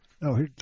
No